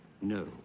No